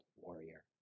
Warrior